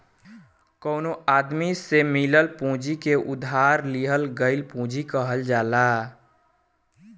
कवनो आदमी से मिलल पूंजी के उधार लिहल गईल पूंजी कहल जाला